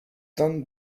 land